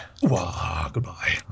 goodbye